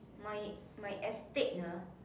my my estate ah